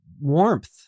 warmth